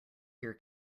your